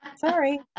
sorry